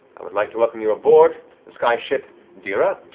i would like to welcome you aboard the skyship deera.